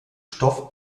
stoff